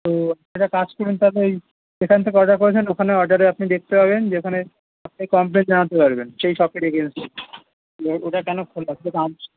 তো একটা কাজ করুন তাহলে ওই যেখান থেকে অর্ডার করেছেন ওখানে অর্ডারে আপনি দেখতে পাবেন যে ওখানে আপনি কমপ্লেন জানাতে পারবেন সেই শপের এগেনস্টে ওটা কেন খোলা সেটা তো আমি